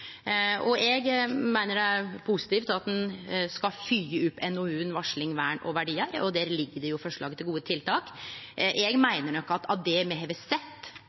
Eg meiner det er positivt at ein skal fylgje opp NOU-en Varsling – verdier og vern. Der ligg det forslag til gode tiltak. Eg meiner nok at av det me har sett,